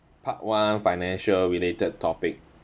part one financial related topic